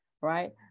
right